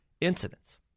incidents